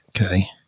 okay